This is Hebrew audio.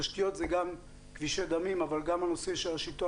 תשתיות זה כבישי דמים אבל גם הנושא של השלטון